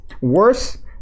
worse